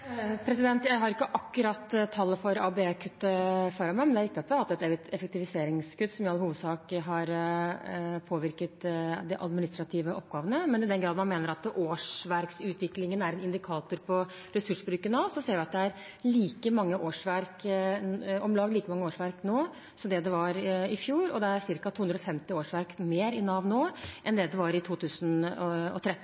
Jeg har ikke akkurat tallet for ABE-kuttet foran meg, men det er riktig at vi har hatt et effektiviseringskutt som i all hovedsak har påvirket de administrative oppgavene. Men i den grad man mener at årsverksutviklingen er en indikator på ressursbruk i Nav, ser vi at det er om lag like mange årsverk nå som det var i fjor. Det er ca. 250 flere årsverk i Nav nå